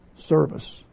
Service